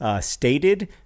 Stated